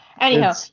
Anyhow